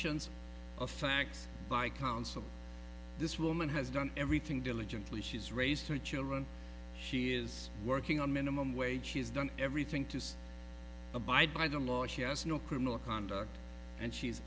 fact by counsel this woman has done everything diligently she's raised her children she is working on minimum wage she's done everything to abide by the law she has no criminal conduct and she's